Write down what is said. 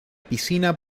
piscina